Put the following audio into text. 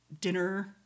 dinner